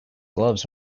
gloves